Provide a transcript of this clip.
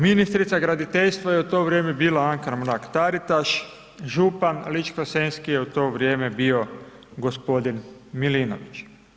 Ministrica graditeljstva je u to vrijeme bila Anka Mrak-Taritaš, župan Ličko-senjski je u to vrijeme bio gospodin Milinović.